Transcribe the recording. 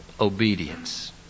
obedience